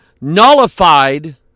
nullified